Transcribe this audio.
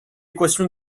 équation